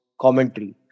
commentary